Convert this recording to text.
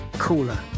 Cooler